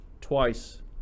twice